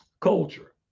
culture